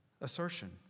assertion